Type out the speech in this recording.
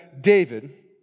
David